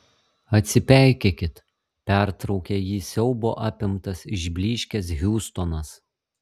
atsipeikėkit pertraukė jį siaubo apimtas išblyškęs hiustonas